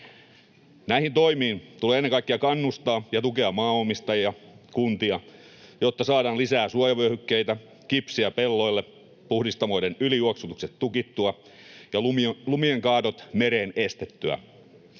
Näihin toimiin tulee ennen kaikkea kannustaa ja tukea maanomistajia ja kuntia, jotta saadaan lisää suojavyöhykkeitä, kipsiä pelloille, puhdistamoiden ylijuoksutukset tukittua ja lumien kaadot mereen estettyä.